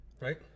right